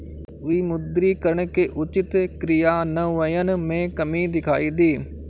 विमुद्रीकरण के उचित क्रियान्वयन में कमी दिखाई दी